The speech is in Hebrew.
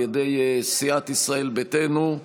על ידי סיעת ישראל ביתנו: